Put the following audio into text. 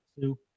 two